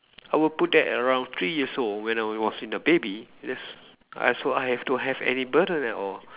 I will put that around three years old when I was in a baby just I so I have to have any burden at all